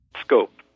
scope